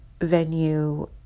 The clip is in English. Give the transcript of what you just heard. venue